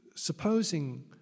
supposing